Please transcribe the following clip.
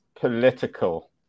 political